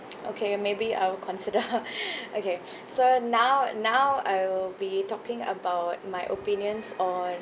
okay maybe I will consider okay so now now I will be talking about my opinions on